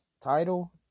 title